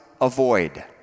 avoid